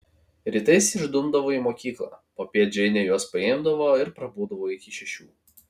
rytais išdumdavo į mokyklą popiet džeinė juos paimdavo ir prabūdavo iki šešių